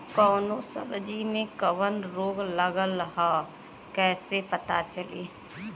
कौनो सब्ज़ी में कवन रोग लागल ह कईसे पता चली?